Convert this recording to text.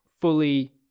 fully